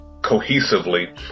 cohesively